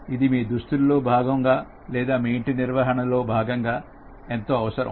ఇది మీ దుస్తుల లో భాగంగా లేదా మీ ఇంటి నిర్వహణ లో భాగంగా ఎంతో అవసరం